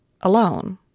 alone